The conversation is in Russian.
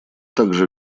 также